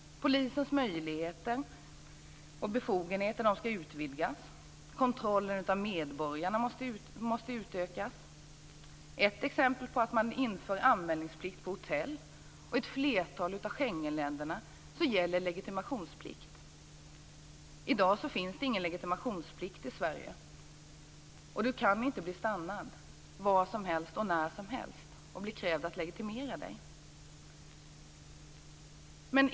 Polisens möjligheter och befogenheter skall utvidgas. Kontrollen av medborgarna måste utökas. Ett exempel är att man inför anmälningsplikt på hotell. I ett flertal av Schengenländerna gäller legitimationsplikt. I dag finns det ingen legitimationsplikt i Sverige. Du kan inte bli stannad var som helst och när som helst och bli avkrävd legitimation.